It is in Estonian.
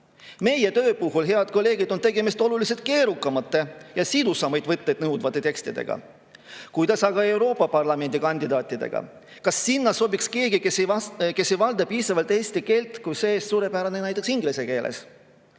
Meie töö puhul, head kolleegid, on tegemist oluliselt keerukamate ja sidusamaid mõtteid nõudvate tekstidega. Kuidas aga on Euroopa Parlamendi [liikme] kandidaatidega? Kas sinna sobiks keegi, kes ei valda piisavalt eesti keelt, kuid suhtleb suurepäraselt näiteks inglise keeles?